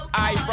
i